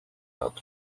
out